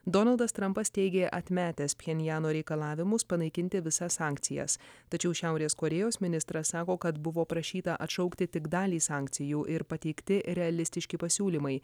donaldas trampas teigė atmetęs pchenjano reikalavimus panaikinti visas sankcijas tačiau šiaurės korėjos ministras sako kad buvo prašyta atšaukti tik dalį sankcijų ir pateikti realistiški pasiūlymai